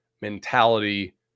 mentality